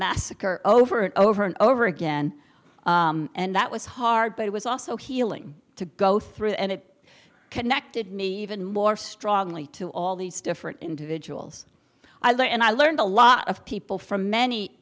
massacre over and over and over again and that was hard but it was also healing to go through it and it connected me even more strongly to all these different individuals i learned and i learned a lot of people from many